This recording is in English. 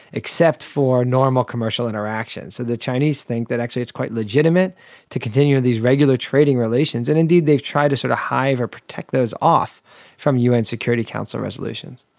except for normal commercial interactions. so the chinese think that actually it's quite legitimate to continue these regular trading relations, and indeed they've tried to sort of hide or protect those off from the un security council resolutions.